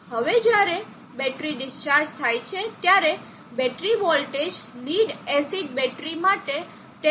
હવે જ્યારે battery discharge થાય છે ત્યારે battery voltage lead acid battery માટે 10